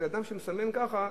ואדם שמסמן ככה,